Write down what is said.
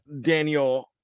Daniel